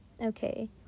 Okay